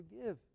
forgive